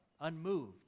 unmoved